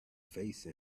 face